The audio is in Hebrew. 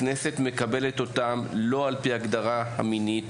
הכנסת מקבלת אותם לא על פי הנטייה המינית,